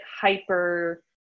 hyper-